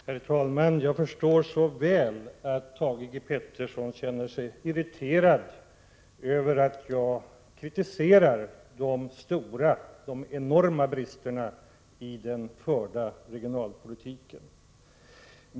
Herr talman! Jag förstår så väl att Thage G Peterson känner sig irriterad över att jag kritiserar de enorma bristerna i den förda regionalpolitiken.